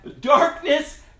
Darkness